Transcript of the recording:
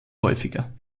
häufiger